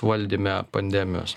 valdyme pandemijos